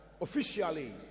officially